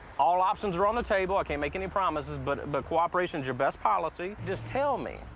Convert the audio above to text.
all options are on the table. i can't make any promises, but, but cooperation is your best policy. just tell me.